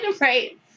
Right